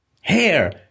Hair